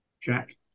Jack